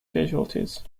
casualties